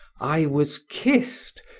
i was kissed,